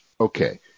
Okay